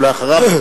ואחריה,